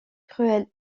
cruelle